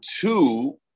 two